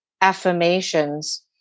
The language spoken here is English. affirmations